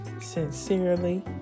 Sincerely